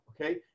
okay